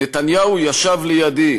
נתניהו ישב לידי,